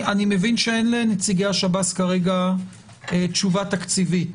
אני מבין שאין לנציגי השב"ס כרגע תשובה תקציבית